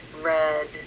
red